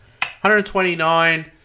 129